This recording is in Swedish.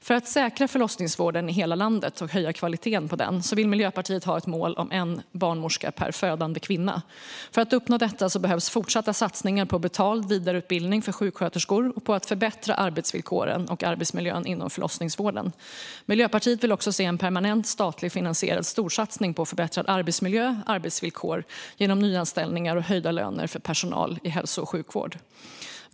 För att säkra förlossningsvården i hela landet och höja kvaliteten på den vill Miljöpartiet ha ett mål om en barnmorska per födande kvinna. För att uppnå detta behövs fortsatta satsningar på betald vidareutbildning för sjuksköterskor och på att förbättra arbetsvillkoren och arbetsmiljön inom förlossningsvården. Miljöpartiet vill också se en permanent, statligt finansierad storsatsning på förbättrad arbetsmiljö och förbättrade arbetsvillkor genom nyanställningar och höjda löner för personal i hälso och sjukvård.